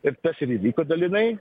ir tas ir įvyko dalinai